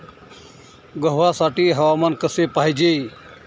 गव्हासाठी हवामान कसे पाहिजे?